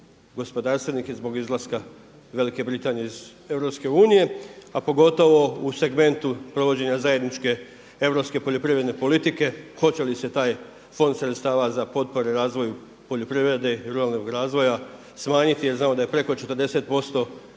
gospodarstvenike zbog izlaska Velike Britanije iz EU a pogotovo u segmentu provođenja zajedničke Europske poljoprivredne politike, hoće li se taj fond sredstava za potpore razvoju poljoprivrede i ruralnog razvoja smanjiti jer znamo da je preko 40%